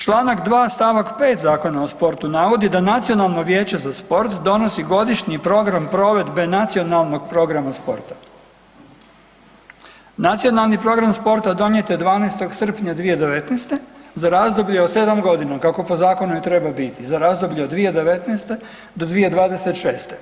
Čl. 2. st. 5. Zakona o sportu navodi da „Nacionalno vijeće za sport donosi Godišnji program provedbe Nacionalnog programa sporta.“ Nacionalni program sporta donijet je 12.srpnja 2019.za razdoblje od sedam godina kako po zakonu i treba biti za razdoblje od 2019.-2026.